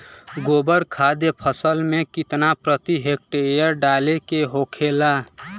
गोबर खाद फसल में कितना प्रति हेक्टेयर डाले के होखेला?